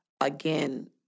again